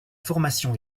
formation